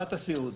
חברת הסיעוד.